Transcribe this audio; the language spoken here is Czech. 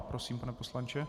Prosím, pane poslanče.